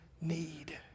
need